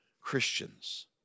Christians